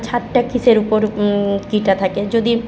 ছাড়টা কীসের উপর কীটা থাকে যদি